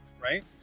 right